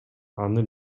аны